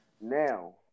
Now